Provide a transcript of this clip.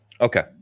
Okay